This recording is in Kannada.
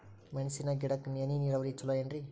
ಮೆಣಸಿನ ಗಿಡಕ್ಕ ಹನಿ ನೇರಾವರಿ ಛಲೋ ಏನ್ರಿ?